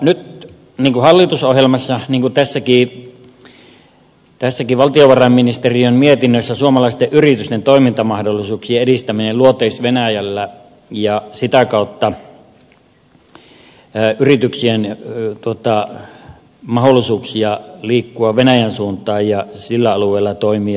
nyt hallitusohjelmassa niin kuin tässä valtiovarainvaliokunnan mietinnössäkin on suomalaisten yritysten toimintamahdollisuuksien edistäminen luoteis venäjällä ja sitä kautta yrityksillä olisi mahdollisuuksia liikkua venäjän suuntaan ja sillä alueella toimia